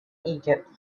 egypt